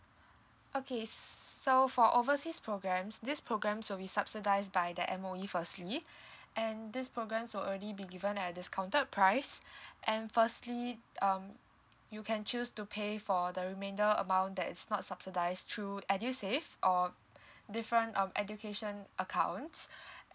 okay so for overseas programs this programs will be subsidised by the M_O_E firstly and these programs were already be given at discounted price and firstly um you can choose to pay for the remainder amount that's not subsidise through edusave or different um education accounts